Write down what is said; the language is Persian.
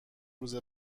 روز